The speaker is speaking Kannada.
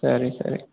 ಸರಿ ಸರಿ